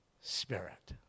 Spirit